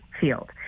field